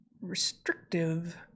restrictive